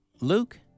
Luke